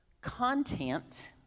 content